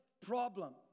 problem